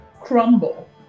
crumble